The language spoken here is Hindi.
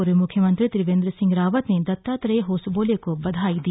पूर्व मुख्यमंत्री त्रिवेंद्र सिंह रावत ने दत्तात्रेय होसबोले को बधाई दी